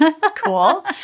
Cool